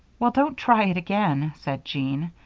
well, don't try it again, said jean.